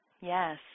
Yes